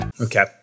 Okay